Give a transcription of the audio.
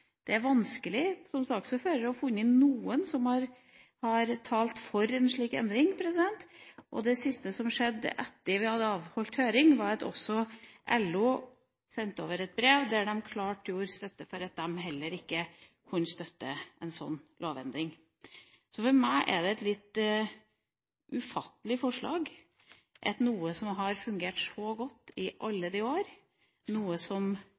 har vært vanskelig som saksordfører å finne noen som har talt for en slik endring. Det siste som skjedde etter at vi hadde avholdt høring, var at også LO sendte over et brev der de klart uttrykte at de heller ikke kunne støtte en sånn lovendring. For meg er det et litt ufattelig forslag, at det skal være så mye mistillit knyttet til noe som har fungert så godt i alle år, noe som